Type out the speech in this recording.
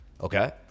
okay